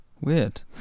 Weird